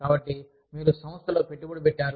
కాబట్టి మీరు సంస్థలో పెట్టుబడి పెట్టారు